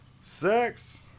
sex